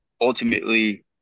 ultimately